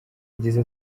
yagize